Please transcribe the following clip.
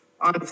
on